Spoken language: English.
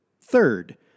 Third